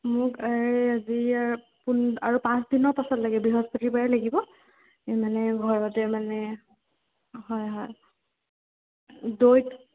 মোক এই আজি আৰু পোন্ আৰু পাঁচদিনৰ পাছত লাগে বৃহস্পতিবাৰে লাগিব এই মানে ঘৰতে মানে হয় হয় দৈ